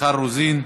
מיכל רוזין,